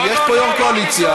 יש פה יו"ר קואליציה.